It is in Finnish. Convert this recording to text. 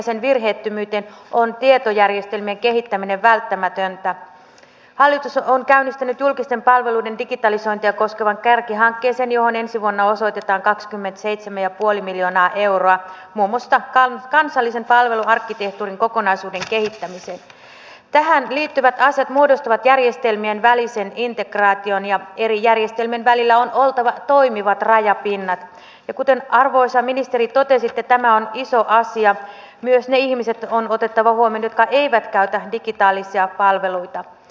tässä yhteydessä on tietojärjestelmien kehittäminen välttämätöntä hälytysajoon käynnistänyt julkisten palveluiden digitalisointia koskevan kärkihankkeen johon ensi vuonna osoitetaan kaksikymmentäseitsemän ja puoli miljoonaa hyvä myös muistuttaa että tämä ratayhteys kuuluu tähän yleiseurooppalaiseen ten verkostoon mistä täällä myös on keskusteltu ja kuten arvoisa ministeri totesitte tämä on olisi myös perusteltua sitten euroopasta tukea tähän investointiin hakea